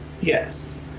Yes